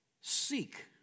seek